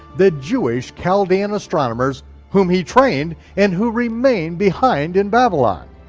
the jewish chaldean astronomers whom he trained and who remained behind in babylon.